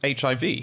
HIV